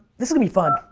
this gonna be fun.